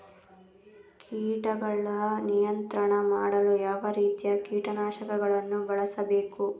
ಕೀಟಗಳ ನಿಯಂತ್ರಣ ಮಾಡಲು ಯಾವ ರೀತಿಯ ಕೀಟನಾಶಕಗಳನ್ನು ಬಳಸಬೇಕು?